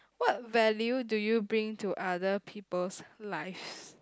what value do you bring to other people's lives